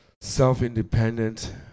self-independent